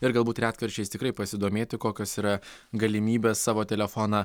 ir galbūt retkarčiais tikrai pasidomėti kokios yra galimybės savo telefoną